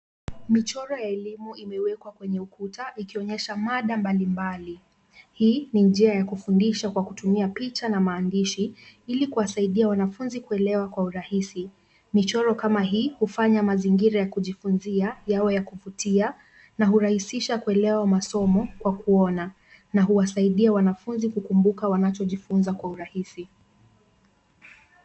Michoro ya elimu imewekwa kwenye ukuta ikionyesha mada mbalimbali, hii ni njia ya kufundisha kwa kutumia njia ya picha na maandishi ili kuwasaidia wanafunzi kuelewa kwa urahisi, michoro kama hii hufanya mazingira ya kujifunzia yawe ya kuvutia na hurahisisha kuelewa masomo kwa kuona, na huwasaidia wanafunzi kukumbuka wanachojifunza kwa urahisi.